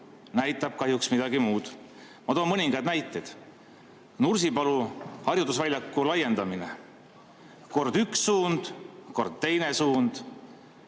näitab kahjuks midagi muud. Ma toon mõningad näited. Nursipalu harjutusvälja laiendamine: kord üks suund, kord teine suund,